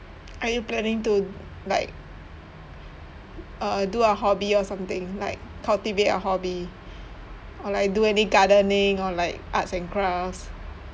are you planning to like uh do a hobby or something like cultivate a hobby or like do any gardening or like arts and crafts